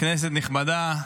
כנסת נכבדה,